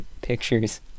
pictures